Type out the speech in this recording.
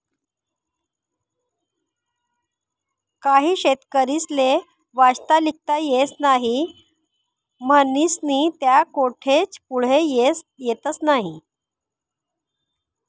काही शेतकरीस्ले वाचता लिखता येस नही म्हनीस्नी त्या कोठेच पुढे येतस नही